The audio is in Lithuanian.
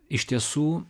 iš tiesų